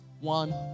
one